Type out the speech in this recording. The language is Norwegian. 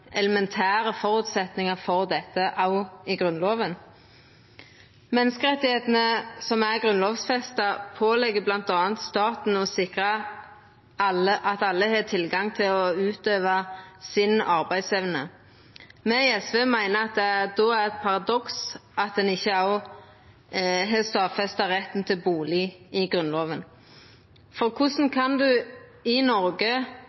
elementære føresetnader for dette. Menneskerettane, som er grunnlovfesta, pålegg bl.a. staten å sikra at alle har tilgang til å utøva arbeidsevna si. Me i SV meiner at det då er eit paradoks at ein ikkje òg har stadfesta i Grunnlova retten til bustad – for korleis kan ein i Noreg